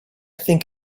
think